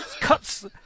Cuts